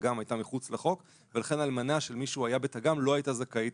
תג"ם הייתה מחוץ לחוק ולכן אלמנה של מי שהיה בתג"ם לא הייתה זכאית